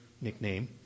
nickname